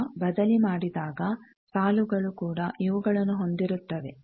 ಈಗ ಬದಲಿ ಮಾಡಿದಾಗ ಸಾಲುಗಳು ಕೂಡ ಇವುಗಳನ್ನು ಹೊಂದಿರುತ್ತವೆ